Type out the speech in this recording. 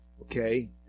okay